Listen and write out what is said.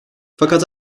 fakat